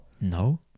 No